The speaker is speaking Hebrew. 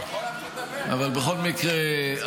בכל מקרה,